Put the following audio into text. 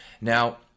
Now